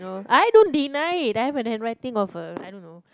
no I don't deny it I have an handwriting of a I don't know